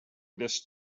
this